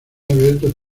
abiertos